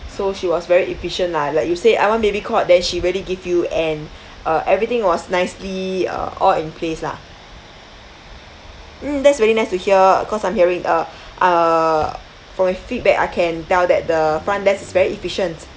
so she was very efficient lah like you say I want baby cot then she really give you and uh everything was nicely uh all in place lah mm that's very nice to hear cause I'm hearing uh uh from your feedback I can tell that the front desk is very efficient